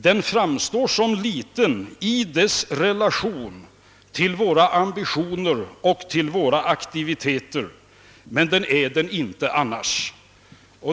Den framstår som liten i relation till våra ambitioner och aktiviteter, men den är "det inte annars.